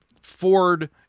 ford